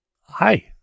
Hi